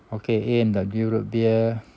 okay A&W root beer